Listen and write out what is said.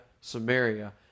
Samaria